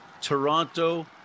Toronto